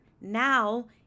now